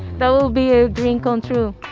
that will be a dream come and true